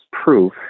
proof